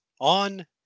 on